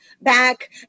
back